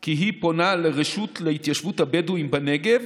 כי היא "פונה לרשות להתיישבות הבדואים בנגב